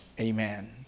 amen